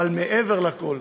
אבל מעבר לכול,